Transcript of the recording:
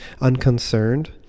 unconcerned